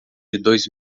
dois